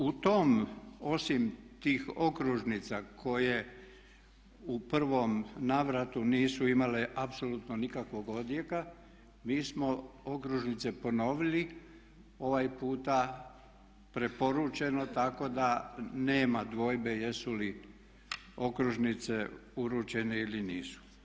U tom osim tih okružnica koje u prvom navratu nisu imale apsolutno nikakvog odjeka mi smo okružnice ponovili ovaj puta preporučeno tako da nema dvojbe jesu li okružnice uručene ili nisu.